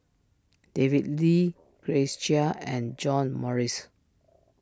David Lee Grace Chia and John Morrice